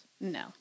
No